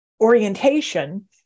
orientation